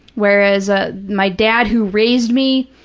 whereas ah my dad who raised me,